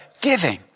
Giving